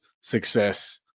success